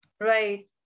Right